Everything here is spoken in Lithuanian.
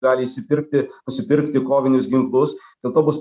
gali išsipirkti nusipirkti kovinius ginklus dėl to bus